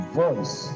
voice